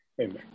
Amen